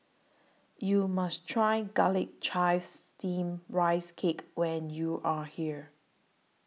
YOU must Try Garlic Chives Steamed Rice Cake when YOU Are here